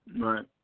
Right